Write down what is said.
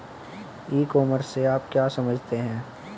ई commerce से आप क्या समझते हैं?